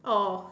oh